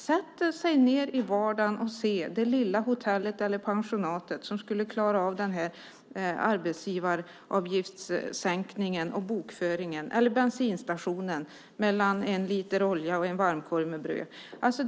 Sätt er ned i vardagen och se det lilla hotell eller pensionat som skulle klara av den här arbetsgivaravgiftssänkningen och bokföringen, eller bensinstationen när det gäller skillnaden mellan en liter olja och en varmkorv med bröd.